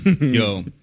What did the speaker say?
Yo